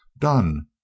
done